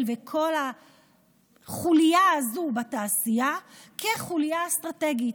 וכל החוליה הזו בתעשייה כחוליה אסטרטגית.